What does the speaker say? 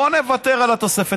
בוא נוותר על התוספת.